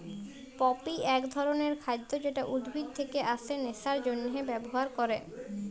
poppy এক ধরণের খাদ্য যেটা উদ্ভিদ থেকে আসে নেশার জন্হে ব্যবহার ক্যরে